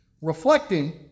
Reflecting